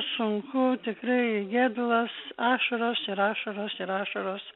sunku tikrai gedulas ašaros ir ašaros ir ašaros